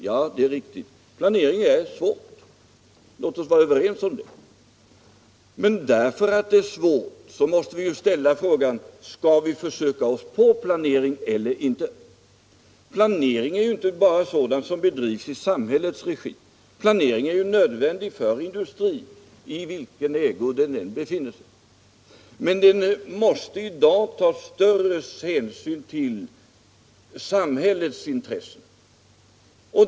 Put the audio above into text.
Ja, det är riktigt, att planera är svårt — låt oss vara överens om det. Skall vi då inte försöka oss på planering? Planering bedrivs inte bara i samhällets regi, den är nödvändig för industrin i vilken ägo denna än befinner sig. Men den måste i dag ta större hänsyn till samhällets intressen.